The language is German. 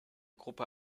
gruppe